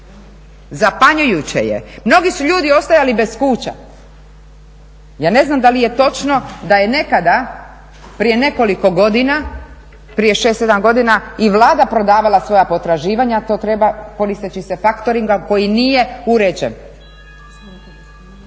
Zapanjujuće je, mnogi su ljudi ostajali bez kuća, ja ne znam da li je točno da je nekada prije nekolik godina, prije 6, 7 godina i Vlada prodavala svoja potraživanja koristeći se faktoringom koji nije uređen. Prema tome,